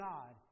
God